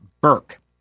Burke